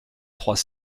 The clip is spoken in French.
trois